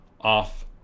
off